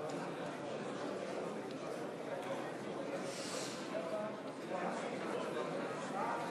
אנחנו עוברים להצבעה על הצעת חוק-יסוד: הכנסת (תיקון,